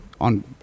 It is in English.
on